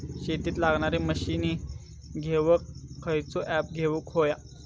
शेतीक लागणारे मशीनी घेवक खयचो ऍप घेवक होयो?